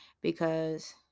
because-